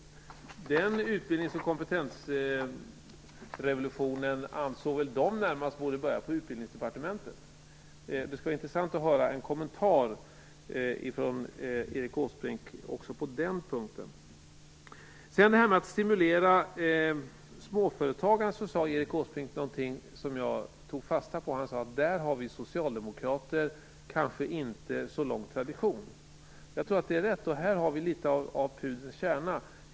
De ansåg väl närmast att den utbildnings och kompetensrevolutionen borde börja på Utbildningsdepartementet. Det skulle vara intressant att höra en kommentar ifrån Erik Åsbrink även på den punkten. När det gäller detta att stimulera småföretagandet sade Erik Åsbrink någonting som jag tog fasta på. Han sade: Där har vi socialdemokrater kanske inte så lång tradition. Jag tror att det är rätt, och här har vi litet av pudelns kärna?